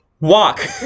walk